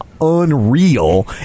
unreal